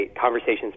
conversations